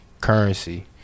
Currency